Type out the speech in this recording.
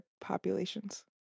populations